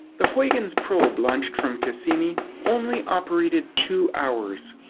the huygens probe launched from cassini only operated two hours.